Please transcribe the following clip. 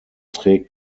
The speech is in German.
trägt